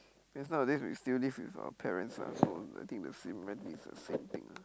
because nowadays we still live with our parents ah so I think the similarity is the same thing ah